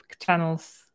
channels